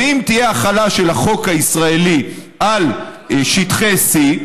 ואם תהיה החלה של החוק הישראלי על שטחי C,